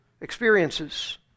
experiences